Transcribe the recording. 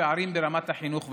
פערים ברמת החינוך,